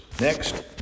Next